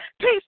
Peace